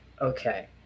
okay